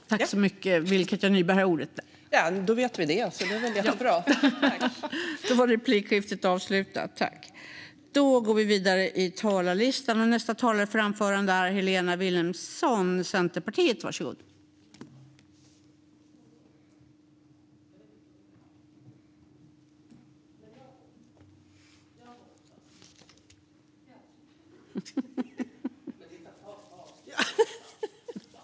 : Då vet vi det. Det är väl jättebra.)